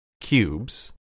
cubes